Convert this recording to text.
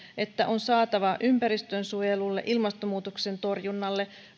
että on saatava ympäristönsuojelulle ilmastonmuutoksen torjunnalle